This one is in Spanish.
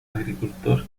agricultor